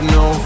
no